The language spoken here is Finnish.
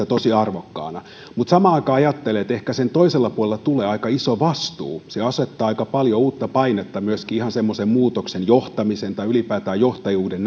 tosi arvokkaana mutta samaan aikaan ajattelen että ehkä sen toisella puolella tulee aika iso vastuu se asettaa aika paljon uutta painetta myöskin ihan semmoisen muutoksen johtamisen tai ylipäätään johtajuuden